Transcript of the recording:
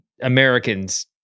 Americans